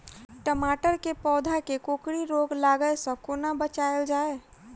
टमाटर केँ पौधा केँ कोकरी रोग लागै सऽ कोना बचाएल जाएँ?